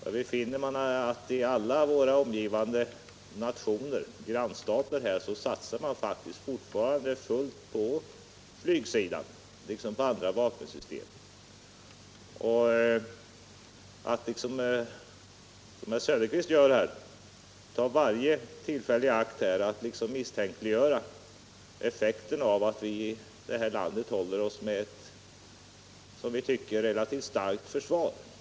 Då finner vi att man i alla våra grannstater faktiskt fortfarande satsar fullt ut på flygsidan liksom på andra vapensystem. Herr Söderqvist tar varje tillfälle i akt att misstänkliggöra effekten av att vi här i landet håller oss med ett, som vi tycker, relativt starkt försvar.